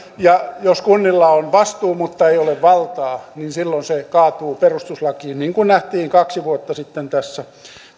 ja kunnilla on vastuu mutta ei ole valtaa niin silloin se kaatuu perustuslakiin niin kuin nähtiin kaksi vuotta sitten tässä